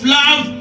love